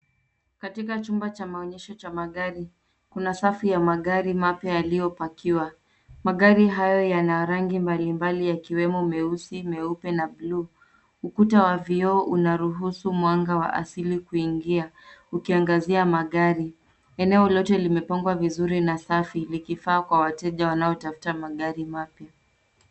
Katika chumba cha maonyesho cha magari. Kuna safu ya magari mapya yaliyopakiwa. Magari hayo yana rangi mbali mbali yakiwemo meusi, meupe na blue . Ukuta wa vioo unaruhusu mwanga wa asili kuingia ukiangazia magari. Eneo lote limepangwa vizuri na safi likifaa kwa wateja wanaotafuta magari mapya.